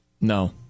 No